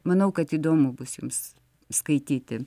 manau kad įdomu bus jums skaityti